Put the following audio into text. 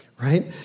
right